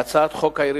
בהצעת חוק העיריות,